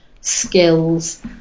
skills